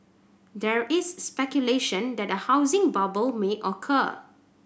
there is speculation that a housing bubble may occur